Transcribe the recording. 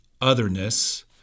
otherness